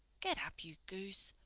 get up, you goose.